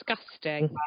disgusting